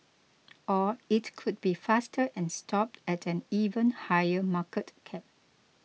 or it could be faster and stop at an even higher market cap